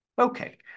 Okay